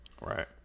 Right